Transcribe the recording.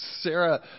Sarah